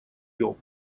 york